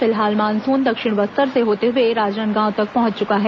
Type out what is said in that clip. फिलहाल मानसून दक्षिण बस्तर से होते हुए राजनांदगांव तक पहंच चुका है